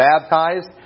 baptized